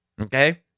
okay